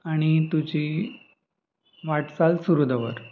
आनी तुजी वाटचाल सुरू दवर